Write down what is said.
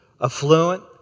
Affluent